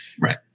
Right